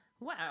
wow